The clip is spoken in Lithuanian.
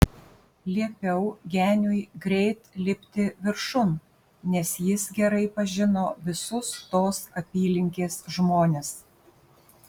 liepiau geniui greit lipti viršun nes jis gerai pažino visus tos apylinkės žmones